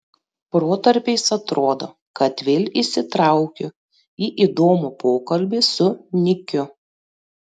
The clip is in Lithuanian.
protarpiais atrodo kad vėl įsitraukiu į įdomų pokalbį su nikiu